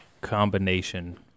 combination